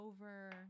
over